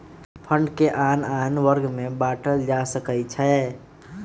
fund के आन आन वर्ग में बाटल जा सकइ छै